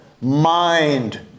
Mind